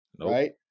right